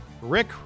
Rick